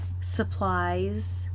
supplies